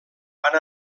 van